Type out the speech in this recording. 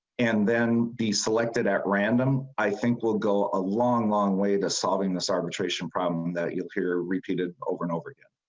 and then be selected at random i think will go a long long way to solving this hour ah but traicion problem that you hear repeated over and over. yes